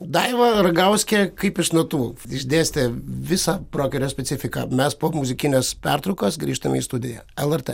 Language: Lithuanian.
daiva ragauskė kaip iš natų išdėstė visą brokerio specifiką mes po muzikinės pertraukos grįžtame į studiją lrt